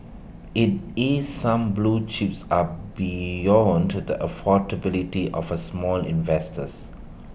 IT is some blue chips are beyond to the affordability of the small investors